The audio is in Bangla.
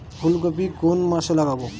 ফুলকপি কোন মাসে লাগাবো?